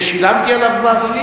ששילמתי עליו מס?